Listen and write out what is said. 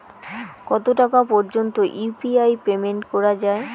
কত টাকা পর্যন্ত ইউ.পি.আই পেমেন্ট করা যায়?